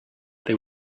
they